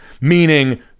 meaning